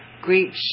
great